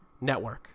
network